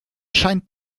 scheint